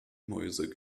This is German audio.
mäuse